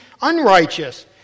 unrighteous